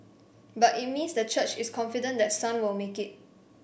but it means the church is confident that Sun will make it